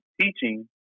teaching